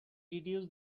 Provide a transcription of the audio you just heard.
reduce